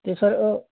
ਅਤੇ ਸਰ